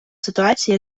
ситуації